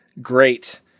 great